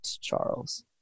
charles